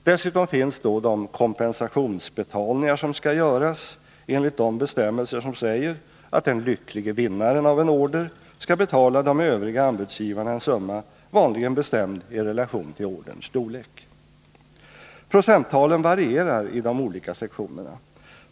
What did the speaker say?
Dessutom finns då de kompensationsbetalningar som skall göras enligt de bestämmelser som säger att den lycklige vinnaren av en order skall betala de övriga anbudsgivarna en summa, vanligen bestämd i relation till orderns storlek. Procenttalen varierar i de olika sektionerna.